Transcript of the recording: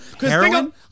heroin